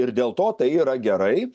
ir dėl to tai yra gerai